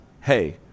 hey